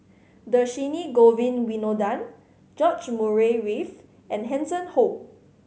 Dhershini Govin Winodan George Murray Reith and Hanson Ho